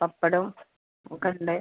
പപ്പടം ഒക്കെ ഉണ്ട്